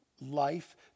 life